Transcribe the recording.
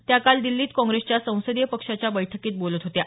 त्या काल दिल्लीत काँप्रेसच्या संसदीय पक्षाच्या बैठकीत बोलत होत्या